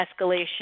escalation